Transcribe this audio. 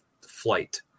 flight